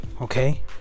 okay